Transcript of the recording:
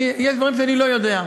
יש דברים שאני לא יודע,